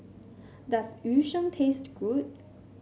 does Yu Sheng taste good